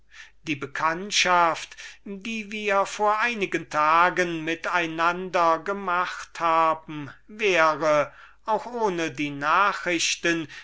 die bekanntschaft die wir vor einigen tagen mit einander gemacht haben wäre auch ohne die nachrichten